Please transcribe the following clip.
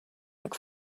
tak